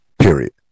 Period